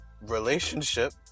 relationship